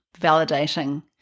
validating